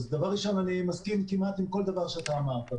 דבר ראשון, אני מסכים כמעט עם כל דבר שאתה אמרת.